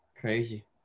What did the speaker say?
Crazy